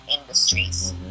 industries